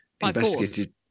investigated